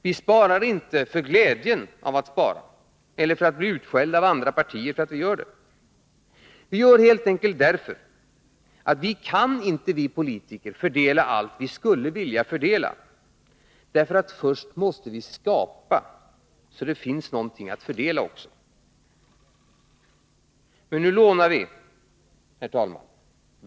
Vi sparar inte för glädjen att spara eller för att bli utskällda av andra partier för att vi gör det. Vi gör det helt enkelt därför att vi politiker inte kan fördela allt som vi skulle vilja fördela. Först måste vi skapa, så att det också finns något att fördela. Men nu lånar vi, herr talman.